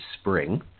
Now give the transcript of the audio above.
Spring